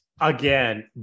Again